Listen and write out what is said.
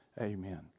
Amen